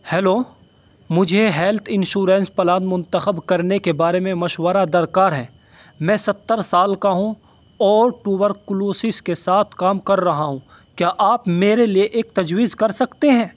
hello مجھے health insurance plan منتخب کرنے کے بارے میں مشورہ درکار ہے میں ستّر سال کا ہوں اور ٹوبر کلوسس کے ساتھ کام کر رہا ہوں کیا آپ میرے لیے ایک تجویز کر سکتے ہیں